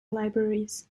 libraries